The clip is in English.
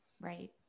Right